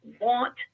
want